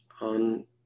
on